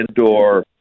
indoor